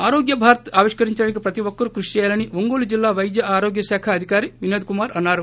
ఆరోగ్య భారత్ ఆవిష్కరించడానికి ప్రతి ఒక్కరూ కృషి చేయాలని ఒంగోలు జిల్లా పైద్య ఆరోగ్య శాఖ అధికారి వినోద్ కుమార్ అన్నారు